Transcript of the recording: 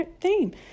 theme